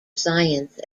science